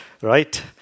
right